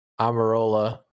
Amarola